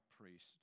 priest